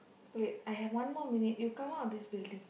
wait I have one more minute you come out of this building